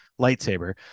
lightsaber